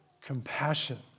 compassion